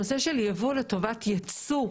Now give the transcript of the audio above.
לגבי הנושא של יבוא לטובת יצוא.